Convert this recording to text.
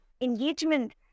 engagement